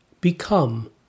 become